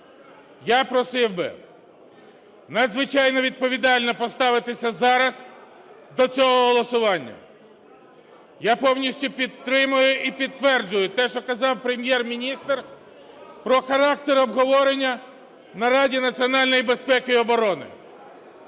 Я просив би надзвичайно відповідально поставитися зараз до цього голосування. Я повністю підтримую і підтверджую те, що казав Прем’єр-міністр, про характер обговорення на Раді національної безпеки і оборони.